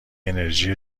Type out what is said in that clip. انرژی